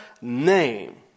name